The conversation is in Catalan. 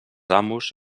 amos